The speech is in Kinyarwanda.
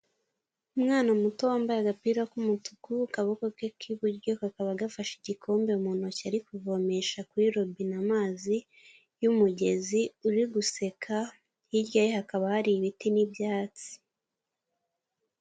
Umwana muto wambaye agapira k'umutuku, akaboko ke k'iburyo kakaba gafashe igikombe mu ntoki ari kuvomesha kuri robino amazi y'umugezi ,ari guseka hirya ye hakaba hari ibiti n'ibyatsi